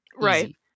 Right